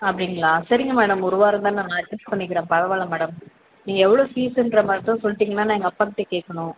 அப்படிங்களா சரிங்க மேடம் ஒரு வாரம்தான நான் அட்ஜெஸ் பண்ணிக்கிறேன் பரவாயில்ல மேடம் நீங்கள் எவ்வளோ ஃபீஸ்ஸுங்ற மட்டும் சொல்லிட்டிங்கன்னா நான் எங்கள் அப்பாக்கிட்டே கேட்கணும்